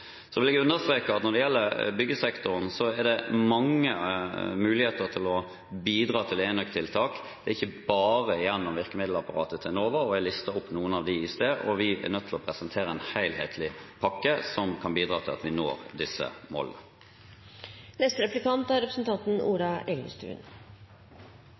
Jeg vil understreke at når det gjelder byggsektoren, er det mange muligheter til å bidra til enøktiltak, det er ikke bare gjennom virkemiddelapparatet til Enova. Jeg listet opp noen av dem i sted. Vi er nødt til å presentere en helhetlig pakke, som kan bidra til at vi når disse målene.